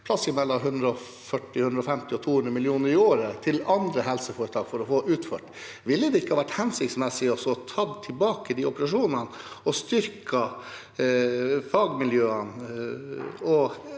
plass mellom 140–150 og 200 mill. kr i året til andre helseforetak for å få utført. Ville det ikke vært hensiktsmessig å ta tilbake disse operasjonene, styrke fagmiljøene og